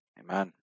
amen